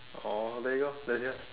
orh there you go that's yours